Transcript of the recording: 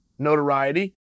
Notoriety